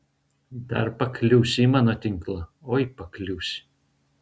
dar pakliūsi į mano tinklą oi pakliūsi